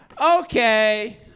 Okay